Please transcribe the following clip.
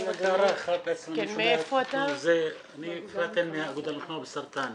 אני מהאגודה למלחמה בסרטן,